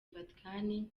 vatican